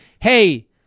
hey